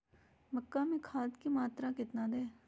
मक्का में खाद की मात्रा कितना दे?